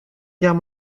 guerre